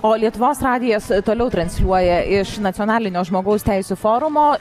o lietuvos radijas toliau transliuoja iš nacionalinio žmogaus teisių forumo